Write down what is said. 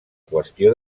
qüestió